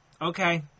okay